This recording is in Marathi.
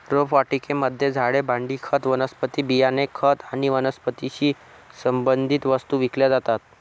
रोपवाटिकेमध्ये झाडे, भांडी, खत, वनस्पती बियाणे, खत आणि वनस्पतीशी संबंधित वस्तू विकल्या जातात